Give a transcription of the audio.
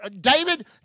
David